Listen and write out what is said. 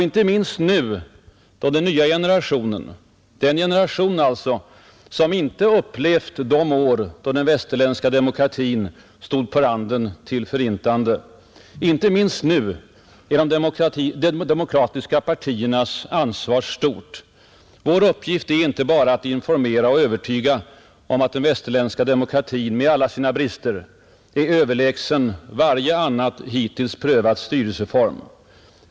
Inte minst nu, då vi har en ny generation — en generation som inte har upplevt de år då den västerländska demokratin stod på randen av ett förintande — är de demokratiska partiernas ansvar stort. Vår uppgift är inte bara att informera och övertyga om att den västerländska demokratin med alla sina brister är överlägsen varje annan hittills prövad styrelseform.